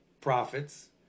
profits